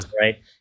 Right